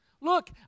Look